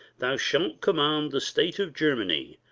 thou shalt command the state of germany,